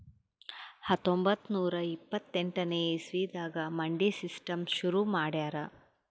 ಹತ್ತೊಂಬತ್ತ್ ನೂರಾ ಇಪ್ಪತ್ತೆಂಟನೇ ಇಸವಿದಾಗ್ ಮಂಡಿ ಸಿಸ್ಟಮ್ ಶುರು ಮಾಡ್ಯಾರ್